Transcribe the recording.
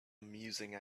amusing